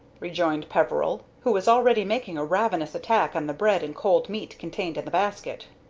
rejoined peveril, who was already making a ravenous attack on the bread and cold meat contained in the basket.